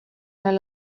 may